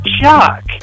Chuck